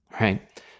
right